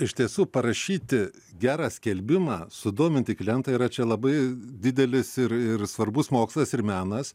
iš tiesų parašyti gerą skelbimą sudominti klientą yra čia labai didelis ir ir svarbus mokslas ir menas